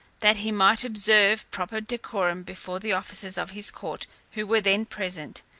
that he might observe proper decorum before the officers of his court who were then present,